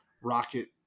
Rocket